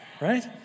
right